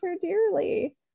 dearly